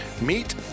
meet